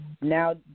Now